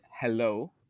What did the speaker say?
hello